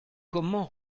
comment